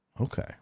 Okay